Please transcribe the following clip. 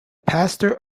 pastor